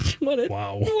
Wow